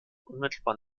unmittelbar